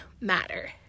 matter